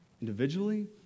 individually